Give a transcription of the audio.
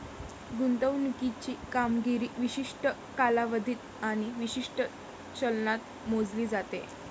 गुंतवणुकीची कामगिरी विशिष्ट कालावधीत आणि विशिष्ट चलनात मोजली जाते